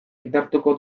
indartuko